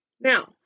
Now